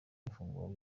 n’ifungurwa